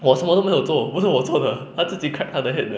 我什么都没有做不是我做的他自己 crack 他的 head 的